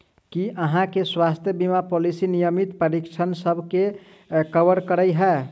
की अहाँ केँ स्वास्थ्य बीमा पॉलिसी नियमित परीक्षणसभ केँ कवर करे है?